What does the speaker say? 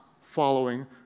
following